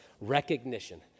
recognition